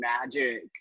magic